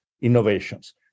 innovations